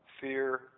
fear